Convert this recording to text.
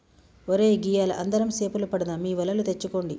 ఒరై గియ్యాల అందరం సేపలు పడదాం మీ వలలు తెచ్చుకోండి